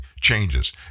changes